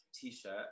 t-shirt